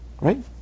Right